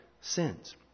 sins